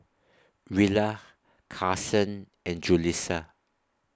Rilla Carsen and Julissa